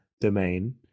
domain